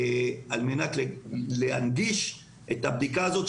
על מנת להנגיש את הבדיקה הזאת,